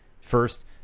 First